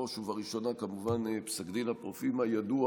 בראש ובראשונה, כמובן, בפסק דין אפרופים הידוע